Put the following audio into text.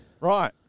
Right